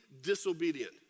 disobedient